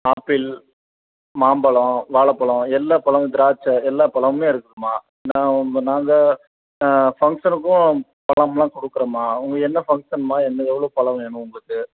apple மாம்பழம் வாழைப் பழம் எல்லா பழமும் திராட்சை எல்லா பழமுமே இருக்குதும்மா நான் உங்கள் நாங்கள் பங்க்ஷனுக்கும் பழமெலாம் கொடுக்கறோம்மா அவங்க என்ன பங்க்ஷன்மா என்ன எவ்வளோ பழம் வேணும் உங்களுக்கு